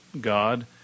God